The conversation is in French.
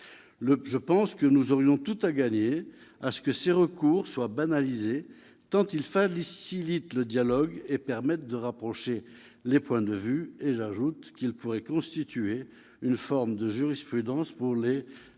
Je pense que nous aurions tout à gagner à ce que ces recours soient banalisés, tant ils facilitent le dialogue et permettent de rapprocher les points de vue. J'ajoute qu'ils pourraient constituer une forme de jurisprudence pour